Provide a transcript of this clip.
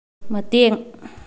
ꯃꯇꯦꯡ